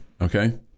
Okay